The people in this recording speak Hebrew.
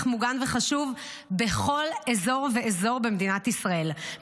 מוגן וחשוב בכל אזור ואזור במדינת ישראל,